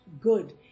good